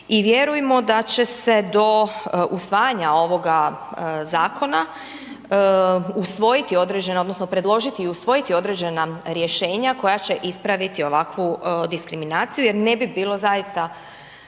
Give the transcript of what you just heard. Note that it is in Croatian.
I vjerujmo da će se do usvajanja ovoga zakona usvojiti određena, odnosno predložiti i usvojiti određena rješenja koja će ispraviti ovakvu diskriminaciju jer ne bi bilo zaista,